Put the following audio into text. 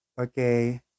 okay